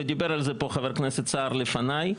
ודיבר על זה פה חבר הכנסת סער לפניי,